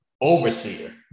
Overseer